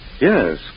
Yes